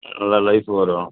நல்லா லைஃபு வரும்